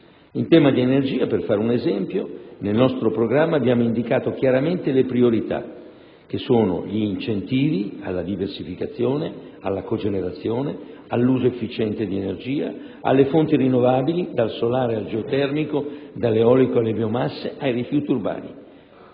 In tema di energia, per fare un esempio, nel nostro programma abbiamo indicato chiaramente le priorità, che sono gli incentivi alla diversificazione, alla cogenerazione, all'uso efficiente di energia, alle fonti rinnovabili, dal solare al geotermico, dall'eolico alle biomasse e ai rifiuti urbani,